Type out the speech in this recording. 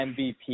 mvp